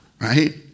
right